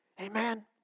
Amen